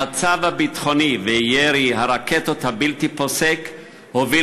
המצב הביטחוני וירי הרקטות הבלתי-פוסק הובילו